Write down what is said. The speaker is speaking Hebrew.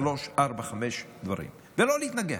שניים, שלושה, ארבעה, חמישה דברים, ולא להתנגח,